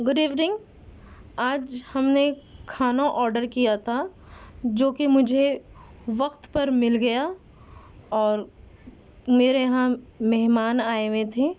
good evening آج ہم نے کھانا آڈر کیا تھا جو کہ مجھے وقت پر مل گیا اور میرے یہاں مہمان آئے ہوئے تھے